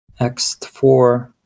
X4